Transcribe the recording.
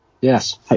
Yes